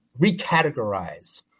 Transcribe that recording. recategorize